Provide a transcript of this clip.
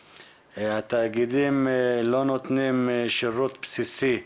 התאגידים לא נותנים שירות בסיסי לתושבים.